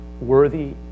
worthy